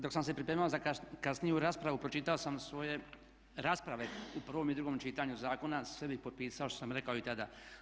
Dok sam se pripremao za kasniju raspravu pročitao sam svoje rasprave u prvom i drugom čitanju zakona, sebi potpisao što sam rekao i tada.